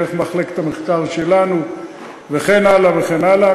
דרך מחלקת המחקר שלנו וכן הלאה וכן הלאה.